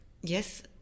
yes